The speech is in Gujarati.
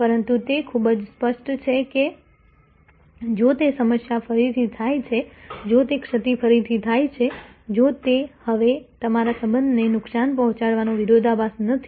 પરંતુ તે ખૂબ જ સ્પષ્ટ છે કે જો તે સમસ્યા ફરીથી થાય છે જો તે ક્ષતિ ફરીથી થાય છે તો તે હવે તમારા સંબંધને નુકસાન પહોંચાડવાનો વિરોધાભાસ નથી